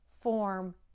form